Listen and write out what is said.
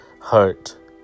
heart